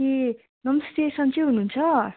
ए नमस्ते सन्चै हुनु हुन्छ